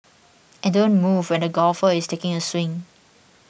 and don't move when the golfer is taking a swing